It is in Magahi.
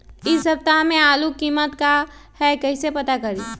इ सप्ताह में आलू के कीमत का है कईसे पता होई?